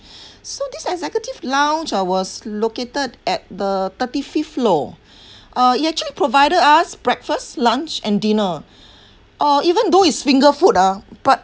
so this executive lounge ah was located at the thirty fifth floor uh it actually provided us breakfast lunch and dinner uh even though it's finger food ah but